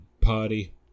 party